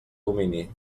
domini